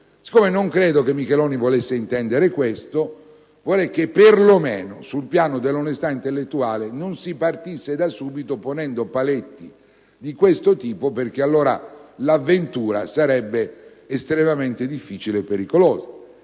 Siccome non credo che il senatore Micheloni volesse intendere questo, vorrei che, per lo meno sul piano dell'onestà intellettuale, non si partisse ponendo paletti di questo tipo, perché allora l'avventura sarebbe estremamente difficile e pericolosa.